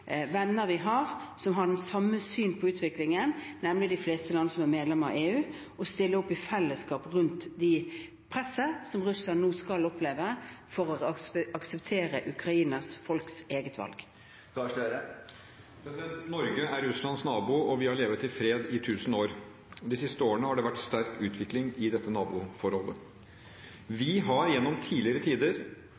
fleste land som er medlem av EU, og stille opp i fellesskap rundt det presset som russerne nå skal oppleve for å akseptere Ukrainas folks eget valg. Norge er Russlands nabo, og vi har levd i fred i tusen år. De siste årene har det vært en sterk utvikling i dette naboforholdet. Vi har gjennom tidligere tider